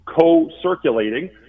co-circulating